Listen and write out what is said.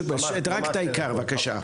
רק את העיקר בבקשה.